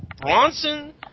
Bronson